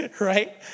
right